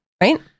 right